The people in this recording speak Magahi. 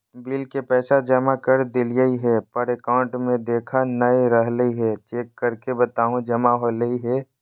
बिल के पैसा जमा कर देलियाय है पर अकाउंट में देखा नय रहले है, चेक करके बताहो जमा होले है?